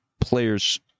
Players